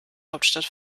hauptstadt